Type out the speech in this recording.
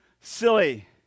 silly